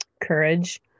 courage